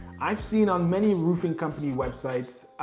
i've seen on many roofing company websites,